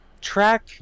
track